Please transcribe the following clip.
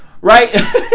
right